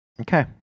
Okay